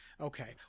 okay